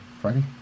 Friday